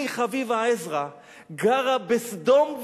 אני חביבה עזרא גרה בסדום ועמורה.